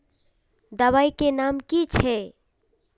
दबाई के नाम की छिए?